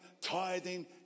tithing